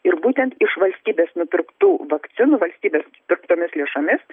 ir būtent iš valstybės nupirktų vakcinų valstybės pirktomis lėšomis